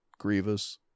grievous